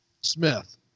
Smith